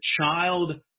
child